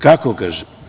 Kako – kaže.